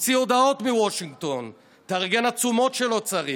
תוציא הודעות מוושינגטון, תארגן עצומות כשלא צריך.